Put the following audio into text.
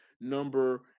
number